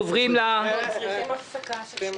הישיבה ננעלה בשעה